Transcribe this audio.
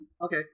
Okay